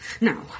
Now